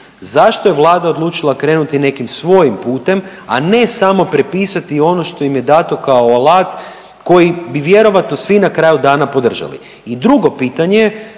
Zašto je Vlada odlučila krenuti nekim svojim putem, a ne samo prepisati ono što im je dato kao alat koji bi vjerojatno svi na kraju dana podržali. I drugo pitanje,